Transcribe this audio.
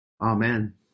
Amen